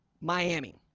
Miami